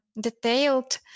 detailed